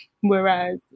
Whereas